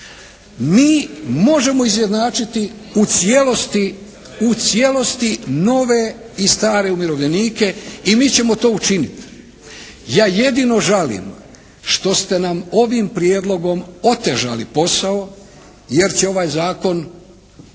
Mi možemo izjednačiti u cijelosti nove i stare umirovljenike i mi ćemo to učiniti. Ja jedino žalim što ste nam ovim prijedlogom otežali posao, jer će ovaj zakon